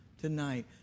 tonight